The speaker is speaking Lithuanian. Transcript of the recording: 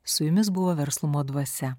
su jumis buvo verslumo dvasia